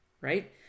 right